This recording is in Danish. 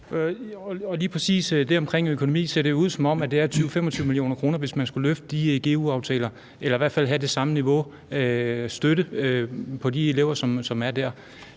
Lige præcis med hensyn til økonomien ser det ud til at være 20-25 mio. kr., hvis man skal løfte de egu-aftaler – eller i hvert fald have det samme støtteniveau for de elever, som er der.